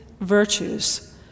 virtues